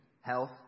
Health